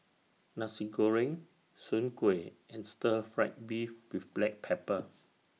Nasi Goreng Soon Kuih and Stir Fried Beef with Black Pepper